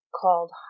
called